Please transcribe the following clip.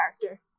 character